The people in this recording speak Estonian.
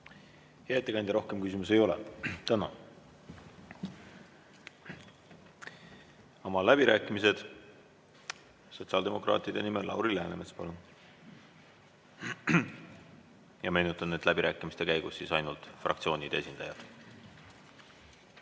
Hea ettekandja, rohkem küsimusi ei ole. Tänan! Avan läbirääkimised. Sotsiaaldemokraatide nimel Lauri Läänemets, palun! Meenutan, et läbirääkimiste käigus saavad sõna ainult fraktsioonide esindajad.